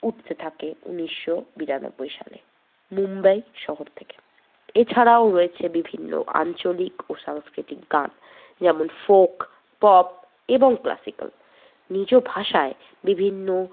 উঠতে থাকে উনিশশো বিরানব্বই সালে মুম্বাই শহর থেকে এছাড়াও রয়েছে বিভিন্ন আঞ্চলিক ও সাংস্কৃতিক গান যেমন ফোক পপ এবং ক্লাসিক্যাল নিজ ভাষায় বিভিন্ন